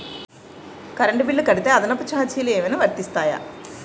Current bill కడితే అదనపు ఛార్జీలు ఏమైనా వర్తిస్తాయా?